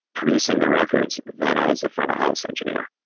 producing the records, then i was a front of house engineer.